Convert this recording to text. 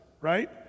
right